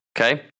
okay